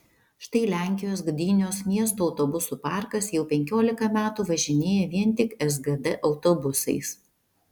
štai lenkijos gdynios miesto autobusų parkas jau penkiolika metų važinėja vien tik sgd autobusais